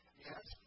Yes